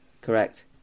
Correct